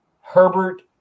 Herbert